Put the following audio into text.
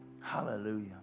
Hallelujah